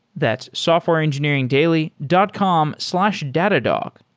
that softwareengineeringdaily dot com slash datadog.